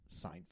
Seinfeld